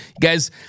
guys